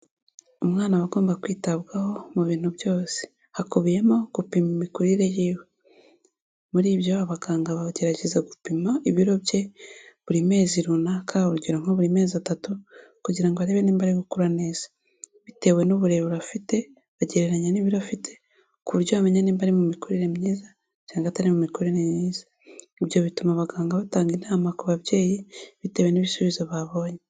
Umwana aba agomba kwitabwaho mu bintu byose. Hakubiyemo gupima imikurire yiwe. Muri ibyo abaganga bagerageza gupima ibiro bye, buri mezi runaka, urugero nko buri mezi atatu, kugira ngo barebe nimba ari gukura neza. Bitewe n'uburebu afite, bagereranya n'ibiro afite, ku buryo bamenya niba ari mu mikorere myiza, cyangwa atari mu mikurire myiza. Ibyo bituma abaganga batanga inama ku babyeyi, bitewe n'ibisubizo babonye.